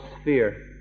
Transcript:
sphere